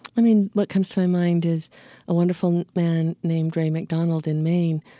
i mean, what comes to my mind is a wonderful man named ray mcdonald in maine.